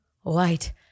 white